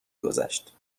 گذشت